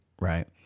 Right